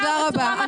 תודה רבה.